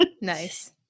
Nice